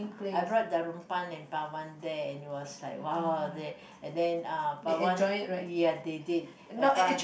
I brought Darunpan and Pawan there and it was like !wow! they and then uh Pawan ya they did and Pawan